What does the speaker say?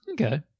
Okay